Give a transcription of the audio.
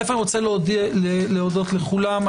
אני רוצה להודות לכולם.